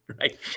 Right